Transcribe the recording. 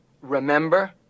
remember